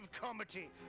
comedy